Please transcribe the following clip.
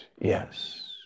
Yes